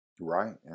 Right